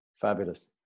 Fabulous